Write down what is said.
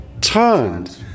turned